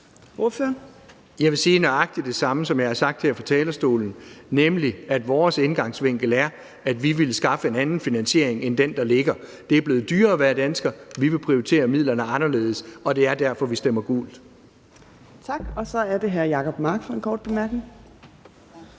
Jeg vil sige nøjagtig det samme, som jeg har sagt her fra talerstolen, nemlig at vores indgangsvinkel er, at vi vil skaffe en anden finansiering end den, der ligger. Det er blevet dyrere at være dansker. Vi vil prioritere midlerne anderledes, og det er derfor, vi stemmer gult. Kl. 11:57 Fjerde næstformand (Trine Torp): Tak.